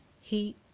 heat